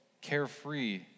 carefree